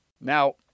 Now